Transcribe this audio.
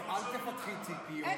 אל תפתחי ציפיות, טלי.